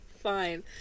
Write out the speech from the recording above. fine